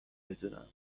بدونم